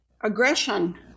aggression